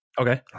okay